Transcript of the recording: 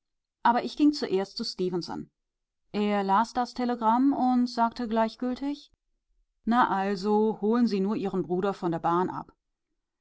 aber ich ging zuerst zu stefenson er las das telegramm und sagte gleichgültig na also da holen sie nur ihren bruder von der